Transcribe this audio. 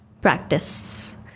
practice